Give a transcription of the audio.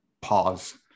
pause